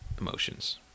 emotions